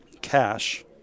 cash